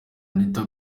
anita